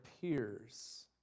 peers